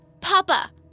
Papa